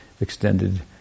extended